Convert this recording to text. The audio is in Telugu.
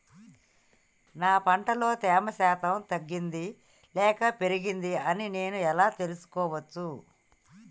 నా పంట లో తేమ శాతం తగ్గింది లేక పెరిగింది అని నేను ఎలా తెలుసుకోవచ్చు?